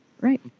right